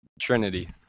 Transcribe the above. Trinity